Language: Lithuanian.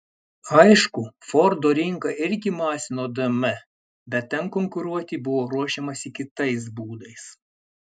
aišku fordo rinka irgi masino dm bet ten konkuruoti buvo ruošiamasi kitais būdais